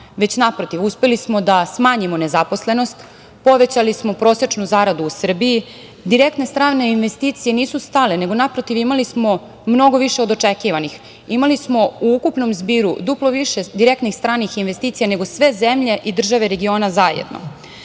već naprotiv, uspeli smo da smanjimo nezaposlenost, povećali smo prosečnu zaradu u Srbiji, direktne strane investicije nisu stale, nego naprotiv, imali smo mnogo više od očekivani, imali smo u ukupnom zbiru duplo više direktnih stranih investicija nego sve zemlje i države regiona zajedno.